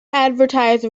advertise